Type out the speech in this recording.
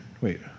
wait